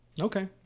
Okay